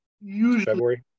usually